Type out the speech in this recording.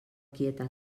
quieta